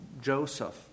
Joseph